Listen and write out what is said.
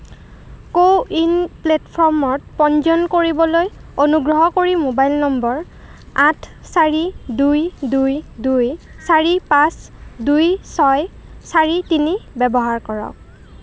কো win প্লে'টফৰ্মত পঞ্জীয়ন কৰিবলৈ অনুগ্ৰহ কৰি মোবাইল নম্বৰ আঠ চাৰি দুই দুই দুই চাৰি পাঁচ দুই ছয় চাৰি তিনি ব্যৱহাৰ কৰক